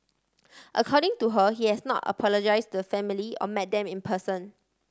according to her he has not apologise the family or met them in person